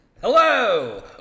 Hello